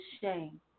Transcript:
shame